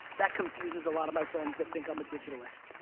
that confuses a lot of my friends that think i'm a digitalist.